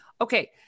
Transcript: Okay